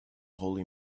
holy